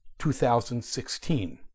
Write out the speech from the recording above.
2016